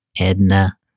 Edna